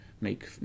make